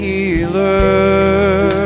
Healer